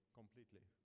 completely